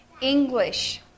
English